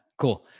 Cool